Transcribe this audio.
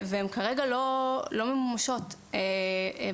כמנהל בית ספר חוויתי רציחות של אימהות